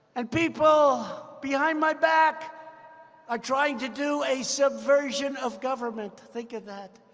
and people behind my back are trying to do a subversion of government. think of that.